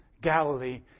Galilee